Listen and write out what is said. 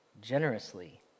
generously